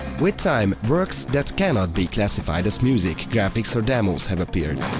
with time, works that cannot be classified as music, graphics or demos have appeared.